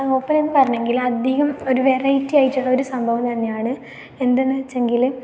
ഒപ്പന എന്ന് പറഞ്ഞെങ്കിൽ അധികം ഒരു വെറൈറ്റി ആയിട്ടുള്ള ഒരു സംഭവം തന്നെയാണ് എന്താണെന്ന് വച്ചെങ്കിൽ